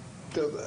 טוב,